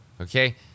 Okay